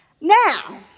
Now